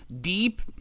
deep